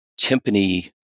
timpani